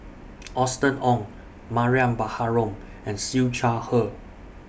Austen Ong Mariam Baharom and Siew Shaw Her